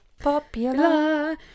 popular